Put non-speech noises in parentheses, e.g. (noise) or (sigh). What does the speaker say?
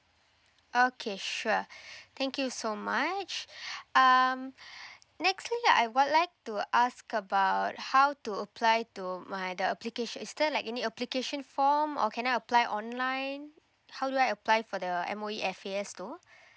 okay sure (breath) thank you so much (breath) um (breath) next thing I would like to ask about how to apply to my the application is there like any application form or can I apply online how do I apply for the M_O_E F_A_S though (breath)